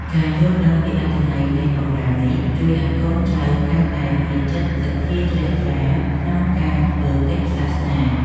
ការយល់ដឹងពីអត្ថន័យនៃបម្រាមនេះជួយឱ្យកូនចៅកាន់តែមានចិត្តសទ្ធាជ្រះថ្លាក្នុងការធ្វើកិច្ចសាសនា។